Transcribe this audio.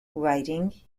writing